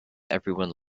everyone